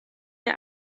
der